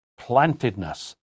plantedness